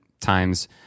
times